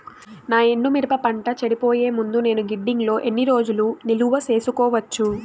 నా ఎండు మిరప పంట చెడిపోయే ముందు నేను గిడ్డంగి లో ఎన్ని రోజులు నిలువ సేసుకోవచ్చు?